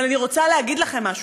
אבל אני רוצה להגיד לכם משהו,